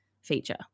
feature